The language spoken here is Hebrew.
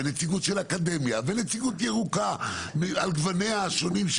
ונציגות אקדמיה ונציגות ירוקה על גווניה השונים,